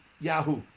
Yahoo